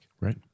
Right